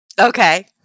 Okay